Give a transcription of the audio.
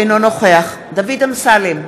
אינו נוכח דוד אמסלם,